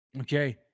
Okay